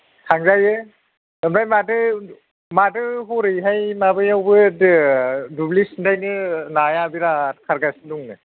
थांजायो ओमफ्राय माथो माथो हरैहाय माबायावबो दो दुब्लि सिन्थायनो नाया बिराद खारगासिनो दंनो